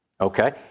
Okay